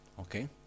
okay